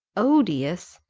odious!